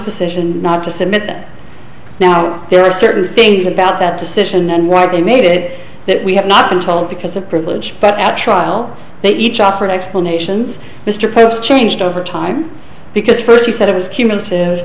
decision not to submit that now there are certain things about that decision and why they made it that we have not been told because of privilege but at trial they each offered explanations mr pope's changed over time because first he said it was cumulative